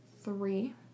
three